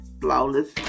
flawless